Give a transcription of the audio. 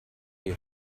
you